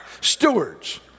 Stewards